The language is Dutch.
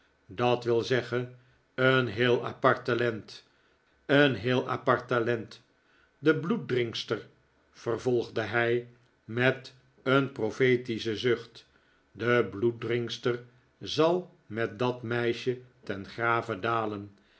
dat wil zeggen een heel apart talent een heel apart talent de bloeddrinkster vervolgde hij met een profetischen zucht de bloeddrinkster zal met dat meisje ten grave dalen